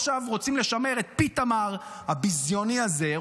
עכשיו רוצים לשמר את פיתמר הביזיוני הזה,